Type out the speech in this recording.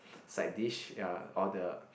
side dish ya or the